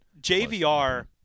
JVR –